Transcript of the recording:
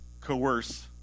coerce